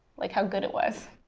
like how good it was.